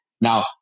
Now